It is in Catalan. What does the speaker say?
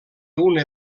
una